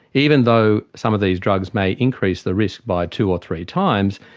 even though some of these drugs may increase the risk by two or three times,